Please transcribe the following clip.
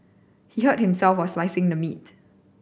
he hurt himself while slicing the meat